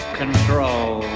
control